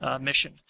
mission